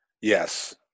yes